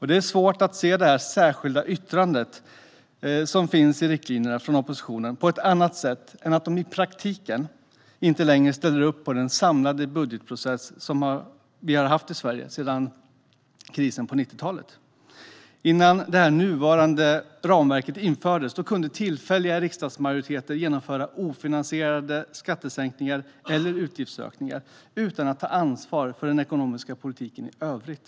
Det är svårt att se det särskilda yttrande från oppositionen som finns i riktlinjerna på ett annat sätt än att de i praktiken inte längre ställer upp på den samlade budgetprocess som vi har haft i Sverige sedan krisen på 90-talet. Innan det nuvarande ramverket infördes kunde tillfälliga riksdagsmajoriteter genomföra ofinansierade skattesänkningar eller utgiftsökningar utan att ta ansvar för den ekonomiska politiken i övrigt.